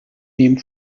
name